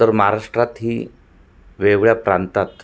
तर महाराष्ट्रात ही वेगवेगळ्या प्रांतात